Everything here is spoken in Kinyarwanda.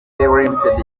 limited